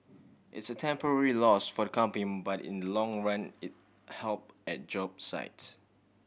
it's a temporary loss for the company but in long run it'll help at job sites